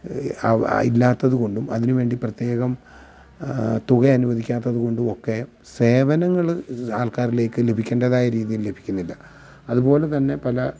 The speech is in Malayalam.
അവ ഇല്ലാത്തതുകൊണ്ടും അതിനു വേണ്ടി പ്രത്യേകം തുക അനുവദിക്കാത്തതുകൊണ്ടുമൊക്കെ സേവനങ്ങൾ ആൾക്കാരിലേക്ക് ലഭിക്കേണ്ടതായ രീതിയിൽ ലഭിക്കുന്നില്ല അതുപോലെ തന്നെ പല